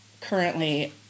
currently